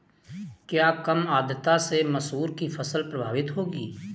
क्या कम आर्द्रता से मसूर की फसल प्रभावित होगी?